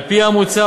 על-פי המוצע,